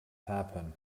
happen